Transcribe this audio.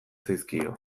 zaizkio